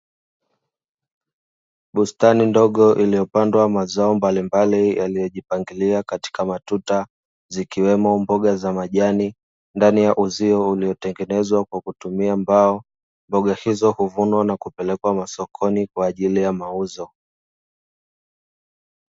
Bustani ndogo iliyopandwa mazao mbalimbali yaliyojipangilia katika matuta zikiwemo mboga za majani, ndani ya uzio uliotengenezwa kwa kutumia mbao. Mboga hizo huvunwa na kupelekwa masokoni kwa ajili ya mauzo.